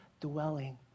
dwelling